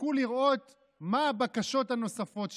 חיכו לראות מה הבקשות הנוספות שלך.